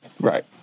Right